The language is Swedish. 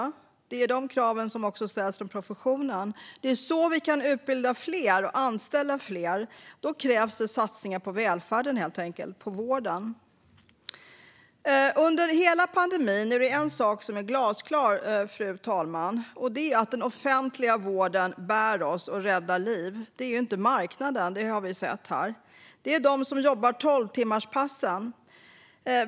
Det är de kraven som också ställs från professionen. För att utbilda fler och anställa fler krävs det satsningar på välfärden, på vården, helt enkelt. Fru talman! Under hela pandemin är det en sak som har varit glasklar, och det är att den offentliga vården bär oss och räddar liv. Det är inte marknaden - det har vi sett - utan det är de som jobbar tolvtimmarspassen.